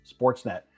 Sportsnet